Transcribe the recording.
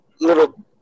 little